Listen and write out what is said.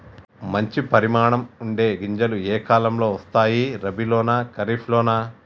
మంచి పరిమాణం ఉండే గింజలు ఏ కాలం లో వస్తాయి? రబీ లోనా? ఖరీఫ్ లోనా?